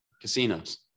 casinos